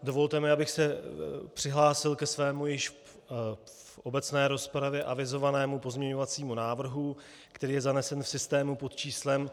Dovolte mi, abych se přihlásil ke svému již v obecné rozpravě avizovanému pozměňovacímu návrhu, který je zanesen v systému pod číslem 2264.